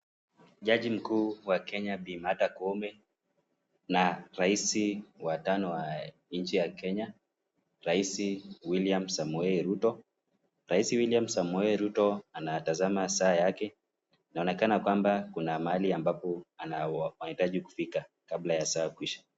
Jaji mkuu wa Kenya Bi. Martha Koome na rais wa tano wa nchi ya Kenya, rais Wiliam Samoei Ruto. Rais Wiliam Samoei Ruto anatazama saa yake. Inaonekana kwamba kuna mahali ambapo anahitaji kufika kabla ya saa kuisha.